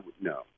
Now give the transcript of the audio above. No